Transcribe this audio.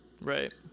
Right